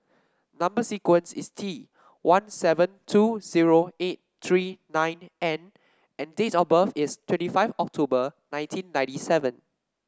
number sequence is T one seven two zero eight three nine N and date of birth is twenty five October nineteen ninety seven